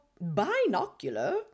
binocular